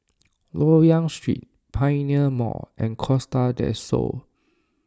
Loyang Street Pioneer Mall and Costa del Sol